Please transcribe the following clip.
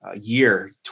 year